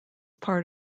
part